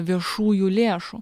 viešųjų lėšų